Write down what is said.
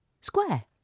square